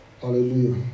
Hallelujah